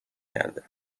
کرده